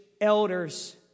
elders